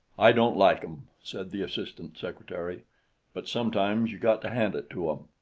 i don't like em, said the assistant secretary but sometimes you got to hand it to em.